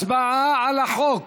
הצבעה על החוק,